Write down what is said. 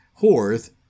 Horth